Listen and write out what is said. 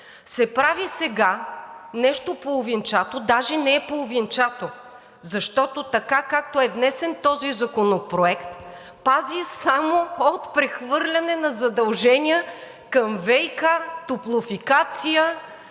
се прави нещо половинчато, а даже не е половинчато, защото така, както е внесен този законопроект, пази само от прехвърляне на задължения към ВиК, Топлофикация,